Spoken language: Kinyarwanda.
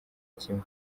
kimwe